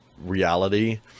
reality